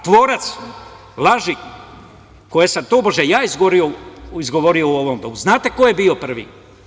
Tvorac laži, koje sam tobože ja izgovorio u ovom Domu, znate ko je bio prvi?